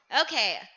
Okay